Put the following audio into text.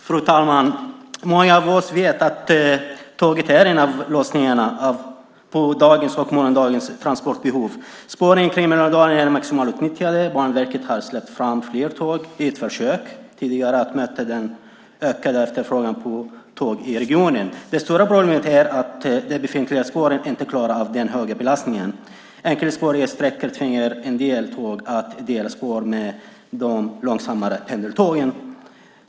Fru talman! Många av oss vet att tåget är en av lösningarna på dagens och morgondagens transportbehov. Spåren är i dag maximalt utnyttjade. Banverket har släppt fram fler tåg i ett försök att möta den ökade efterfrågan på tåg i regionen. Det stora problemet är att de befintliga spåren inte klarar av den höga belastningen. På enkelspåriga sträckor tvingas en del tåg dela spår med de långsammare pendeltågen.